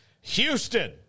houston